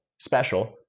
special